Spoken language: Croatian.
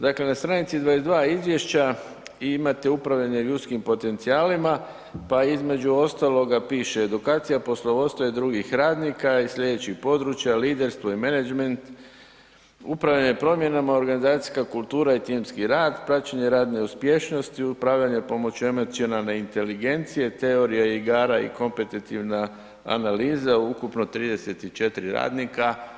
Dakle na stranici 22 izvješća imate upravljanje ljudskim potencijalima, pa između ostaloga piše edukacija poslovodstva i drugih radnika iz sljedećih područja liderstvo i menadžment, upravljanje promjenama, organizacijska kultura i timski rad, praćenje radne uspješnosti, upravljanje pomoću emocionalne inteligencije, teorija igara i kompetitivna analiza, ukupno 34 radnika.